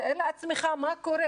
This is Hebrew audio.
תתאר לעצמך מה קורה.